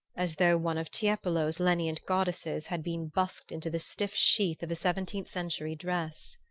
as though one of tiepolo's lenient goddesses had been busked into the stiff sheath of a seventeenth century dress!